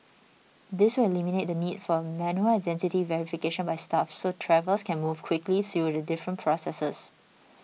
this will eliminate the need for manual identity verification by staff so travellers can move quickly through the different processes